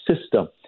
system